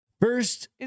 First